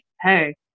hey